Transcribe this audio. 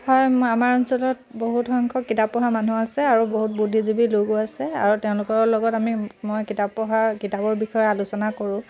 হয় মই আমাৰ অঞ্চলত বহুত সংখ্যক কিতাপ পঢ়া মানুহ আছে আৰু বহুত বুদ্ধিজীৱী লোকো আছে আৰু তেওঁলোকৰ লগত আমি মই কিতাপ পঢ়াৰ কিতাপৰ বিষয়ে আলোচনা কৰোঁ